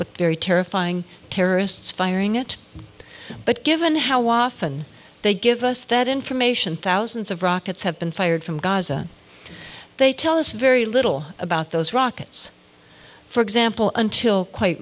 look very terrifying terrorists firing it but given how often they give us that information thousands of rockets have been fired from gaza they tell us very little about those rockets for example until quite